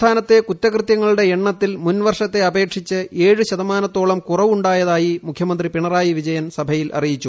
സംസ്ഥാനത്തെ കുറ്റകൃത്യങ്ങളുടെ എണ്ണത്തിൽ മുൻ വർഷത്തെ ഏഴ് ശതമാനത്തോളം കുറവുണ്ടായത്യായി മുഖ്യമന്ത്രി പിണറായി വിജയൻ സഭയിൽ അറിയിച്ചു